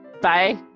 bye